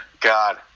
God